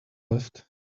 left